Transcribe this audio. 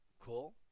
Cool